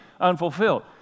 unfulfilled